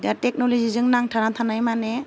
दा टेक्न'ल'जिजों नांथाना थानाय माने